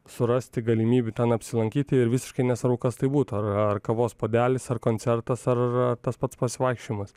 surasti galimybių ten apsilankyti ir visiškai nesvarbu kas tai būtų ar ar kavos puodelis ar koncertas ar ar tas pats pasivaikščiojimas